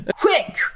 Quick